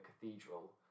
cathedral